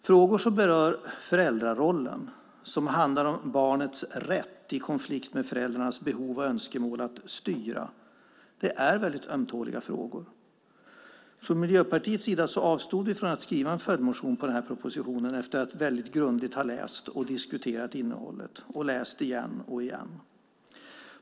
Frågor som berör föräldrarollen och som handlar om barnens rätt i konflikt med föräldrarnas behov och önskemål att styra är mycket ömtåliga frågor. Från Miljöpartiets sida så avstod vi från att skriva en följdmotion på den här propositionen efter att grundligt ha läst och diskuterat innehållet - och läst igen och igen.